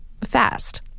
fast